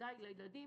ובוודאי לילדים